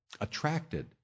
attracted